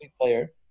player